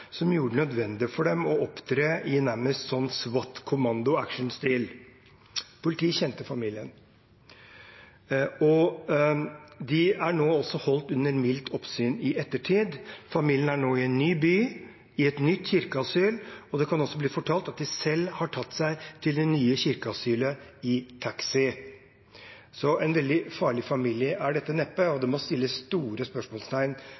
som gjorde det nødvendig for dem å opptre nærmest i SWAT-kommando-action-stil. Politiet kjente familien. De er nå holdt under mildt oppsyn i ettertid. Familien er nå i en ny by, i et nytt kirkeasyl, og det er blitt fortalt at de selv har tatt seg til det nye kirkeasylet i taxi. Så en veldig farlig familie er dette neppe, og det må settes store spørsmålstegn